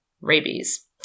rabies